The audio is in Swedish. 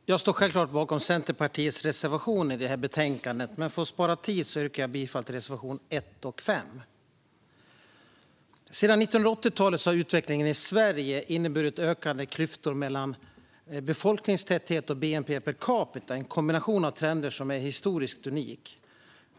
Fru talman! Jag står självklart bakom Centerpartiets reservationer i detta betänkande, men för att spara tid yrkar jag bifall endast till reservationerna 1 och 5. Sedan 1980-talet har utvecklingen i Sverige inneburit ökande klyftor i både befolkningstäthet och bnp per capita. Detta är en kombination av trender som är historiskt unik.